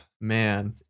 man